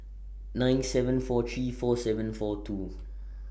nine seven four three four seven four two